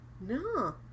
No